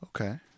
Okay